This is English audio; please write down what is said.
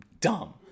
Dumb